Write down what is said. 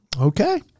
okay